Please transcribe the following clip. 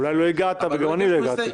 אולי לא הגעת וגם אני לא הגעתי.